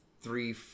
three